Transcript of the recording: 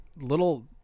little